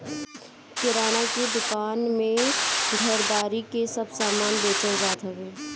किराणा के दूकान में घरदारी के सब समान बेचल जात हवे